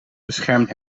beschermde